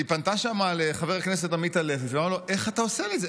היא פנתה שם לחבר הכנסת עמית הלוי ואמרה לו: איך אתה עושה לי את זה?